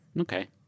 Okay